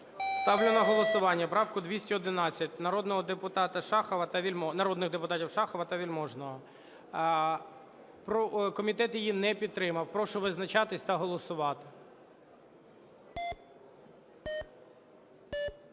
Ставлю на голосування правку 211 народних депутатів Шахова та Вельможного, комітет її не підтримав. Прошу визначатися та голосувати.